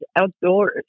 outdoors